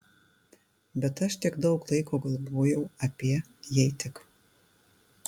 bet aš tiek daug laiko galvojau apie jei tik